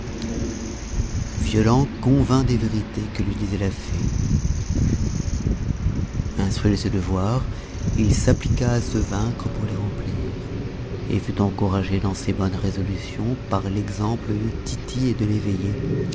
violent convint des vérités que lui disait la fée instruit de ses devoirs il s'appliqua à se vaincre pour les remplir et fut encouragé dans ses bonnes résolutions par l'exemple de tity et de l'eveillé